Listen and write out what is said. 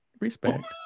respect